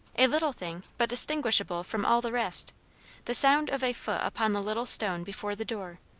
a little thing, but distinguishable from all the rest the sound of a foot upon the little stone before the door.